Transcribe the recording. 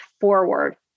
forward